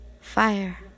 Fire